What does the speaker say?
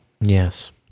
yes